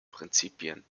prinzipien